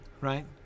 right